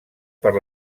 per